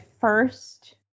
first